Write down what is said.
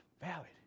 valid